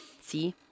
see